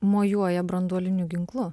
mojuoja branduoliniu ginklu